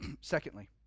Secondly